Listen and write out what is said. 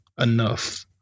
enough